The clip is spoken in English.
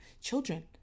children